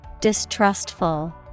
Distrustful